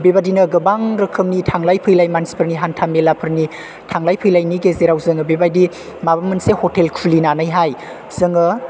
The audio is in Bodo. बेबादिनो गोबां रोखोमनि थांलाय फैलाय मानसिफोरनि हान्था मेलाफोरनि थांलाय फैलायनि गेजेराव जोङो बेबायदि माबा मोनसे ह'टेल खुलिनानैहाय जों